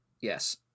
Yes